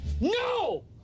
No